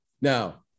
Now